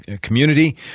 community